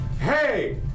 Hey